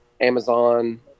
Amazon